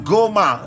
Goma